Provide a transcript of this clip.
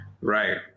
Right